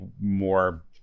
more